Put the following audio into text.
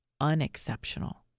unexceptional